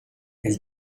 elle